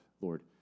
Lord